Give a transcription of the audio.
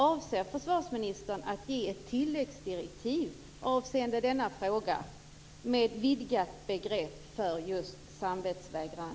Avser försvarsministern att avseende denna fråga ge ett tilläggsdirektiv med vidgat begrepp för just generell samvetsvägran?